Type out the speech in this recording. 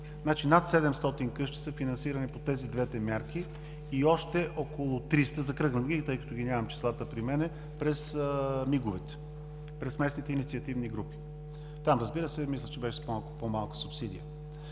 Над 700 къщи са финансирани по тези две мерки и още около 300, закръглям ги, тъй като нямам числата при мен, през местните инициативни групи. Там, разбира се, мисля, че беше с малко по-малка субсидия.